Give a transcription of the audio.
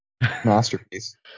masterpiece